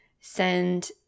send